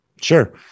Sure